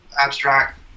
abstract